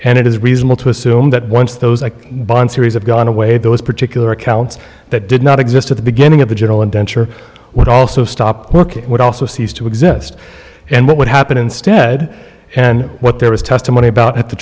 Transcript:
and it is reasonable to assume that once those like bond series of gone away those particular accounts that did not exist at the beginning of a general indenture would also stop looking would also cease to exist and what would happen instead and what there was testimony about at the